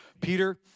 Peter